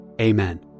Amen